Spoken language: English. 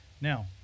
Now